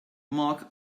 mark